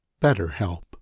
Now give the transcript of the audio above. BetterHelp